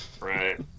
Right